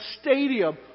stadium